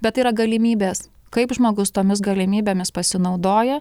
bet tai yra galimybės kaip žmogus tomis galimybėmis pasinaudoja